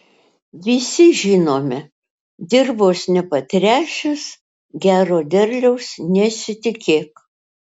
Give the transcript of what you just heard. visi žinome dirvos nepatręšęs gero derliaus nesitikėk